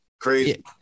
Crazy